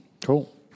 Cool